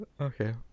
okay